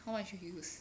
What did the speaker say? how much you use